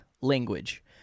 Language